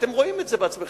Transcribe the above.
אתם רואים את זה בעצמכם.